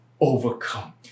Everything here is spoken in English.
overcome